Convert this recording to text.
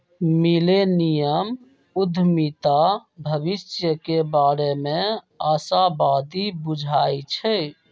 millennium उद्यमीता भविष्य के बारे में आशावादी बुझाई छै